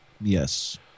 Yes